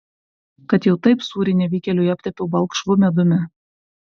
kad jau taip sūrį nevykėliui aptepiau balkšvu medumi